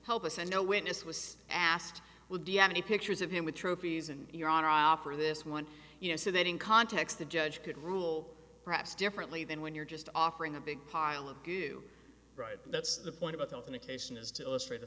help us and no witness was asked would you have any pictures of him with trophies and you're offering this one you know so that in context the judge could rule perhaps differently than when you're just offering a big pile of goo right that's the point about the authentication is to illustrate